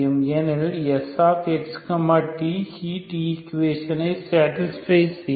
எனெனில் Sx t heat ஈகுவேஷனை satisfy செய்யும்